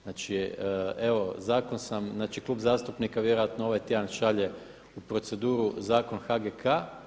Znači evo zakon sam, znači klub zastupnika vjerojatno ovaj tjedan šalje u proceduru zakon HGK.